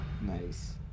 Nice